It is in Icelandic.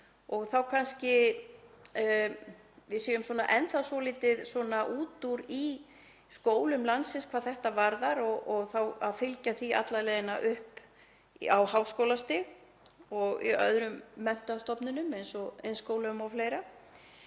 erum kannski enn þá svolítið út úr í skólum landsins hvað þetta varðar, að fylgja þessu alla leiðina upp á háskólastig og í öðrum menntastofnunum eins og iðnskólum og fleira.